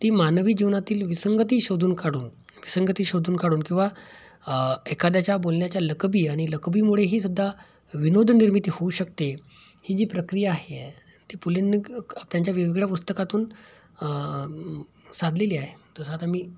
ती मानवी जीवनातील विसंगती शोधून काढून विसंगती शोधून काढून किंवा एखाद्याच्या बोलण्याच्या लकबी आहेत आणि लकबीमुळेही सुद्धा विनोदनिर्मिती होऊ शकते ही जी प्रक्रिया आहे ती पुलंनी त्यांच्या वेगवेगळ्या पुस्तकातून साधलेली आहे तसं आता मी